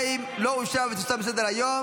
2022, לא אושרה, ותוסר מסדר-היום.